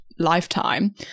lifetime